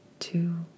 Two